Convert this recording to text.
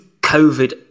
Covid